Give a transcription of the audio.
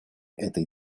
этой